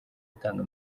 atanga